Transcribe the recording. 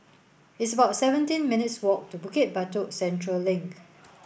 it's about seventeen minutes' walk to Bukit Batok Central Link